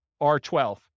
R12